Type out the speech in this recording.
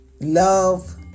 love